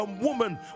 woman